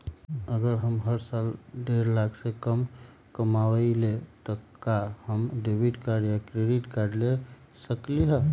अगर हम हर साल डेढ़ लाख से कम कमावईले त का हम डेबिट कार्ड या क्रेडिट कार्ड ले सकली ह?